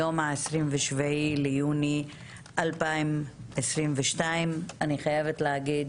היום ה-27 ביוני 2022. אני חייבת להגיד